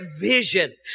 vision